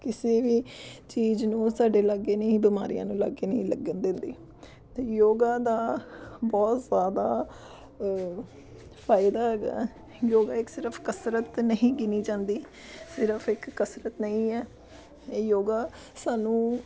ਕਿਸੇ ਵੀ ਚੀਜ਼ ਨੂੰ ਸਾਡੇ ਲਾਗੇ ਨਹੀਂ ਬਿਮਾਰੀਆਂ ਨੂੰ ਲਾਗੇ ਨਹੀਂ ਲੱਗਣ ਦਿੰਦੀ ਅਤੇ ਯੋਗਾ ਦਾ ਬਹੁਤ ਜ਼ਿਆਦਾ ਫ਼ਾਇਦਾ ਹੈਗਾ ਯੋਗਾ ਇੱਕ ਸਿਰਫ਼ ਕਸਰਤ ਨਹੀਂ ਗਿਣੀ ਜਾਂਦੀ ਸਿਰਫ਼ ਇੱਕ ਕਸਰਤ ਨਹੀਂ ਹੈ ਇਹ ਯੋਗਾ ਸਾਨੂੰ